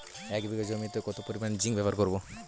এক বিঘা জমিতে কত পরিমান জিংক ব্যবহার করব?